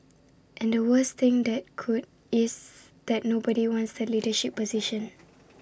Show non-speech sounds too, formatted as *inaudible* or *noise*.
and the worst thing that could is that nobody wants the leadership position *noise*